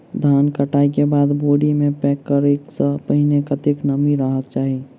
धान कटाई केँ बाद बोरी मे पैक करऽ सँ पहिने कत्ते नमी रहक चाहि?